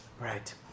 Right